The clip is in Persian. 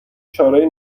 چارهای